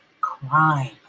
crime